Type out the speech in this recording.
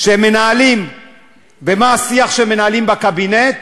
ומה השיח שמנהלים בקבינט